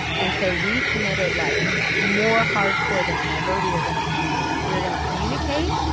and so we committed like more hardcore than ever. we are gonna be we're gonna communicate.